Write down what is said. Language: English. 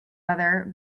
other